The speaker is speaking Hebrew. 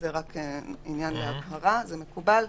זה מקובל?